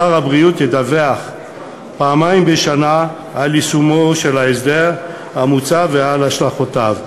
שר הבריאות ידווח פעמיים בשנה על יישומו של ההסדר המוצע ועל השלכותיו,